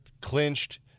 clinched